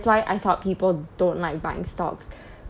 why I thought people don't like buying stocks